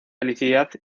felicidad